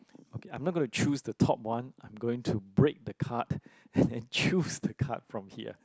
okay I'm not going to choose the top one I'm going to break the card and choose the card from here